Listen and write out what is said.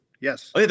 Yes